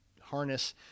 harness